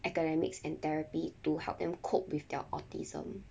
academics and therapy to help them cope with their autism